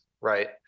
right